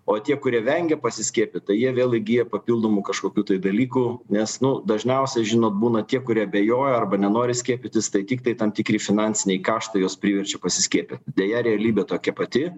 o tie kurie vengia pasiskiepyt tai jie vėl įgyja papildomų kažkokių tai dalykų nes nu dažniausiai žinot būna tie kurie abejoja arba nenori skiepytis tai tiktai tam tikri finansiniai kaštai juos priverčia pasiskiepyt deja realybė tokia pati